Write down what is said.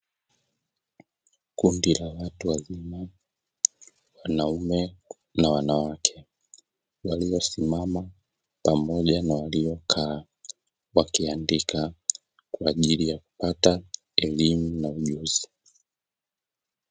Kundi la watu wazima wanaume na wanawake waliosimama pamoja na waliokaa, wakiandika kwa ajili ya kupata elimu na ujuzi.